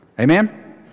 Amen